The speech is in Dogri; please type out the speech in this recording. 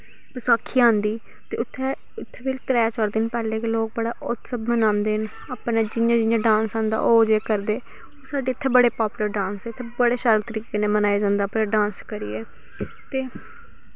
बसाखी आंदी ते उत्थै इत्थै फिर त्रै चार दिन पैह्लै गै लोग बड़ा उत्सव बनांदे न अपनै जियां जियां डांस आंदा ओह् जेह् करदे साढ़े इत्थे बड़े पापूलर डांस इत्थे बड़े शैल तरीके कन्नै मनाया जंदा अपनै डांस करियै ते